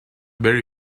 very